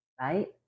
right